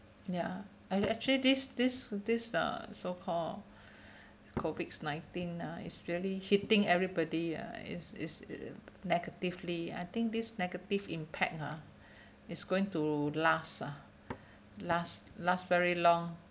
ya I actually this this this uh so call COVID nineteen ah is really hitting everybody uh is is negatively I think this negative impact ah is going to last ah last last very long